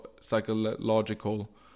psychological